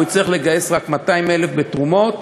הוא הצליח לגייס רק 200,000 בתרומות,